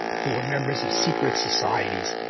poor members of secret societies,